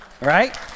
Right